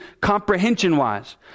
comprehension-wise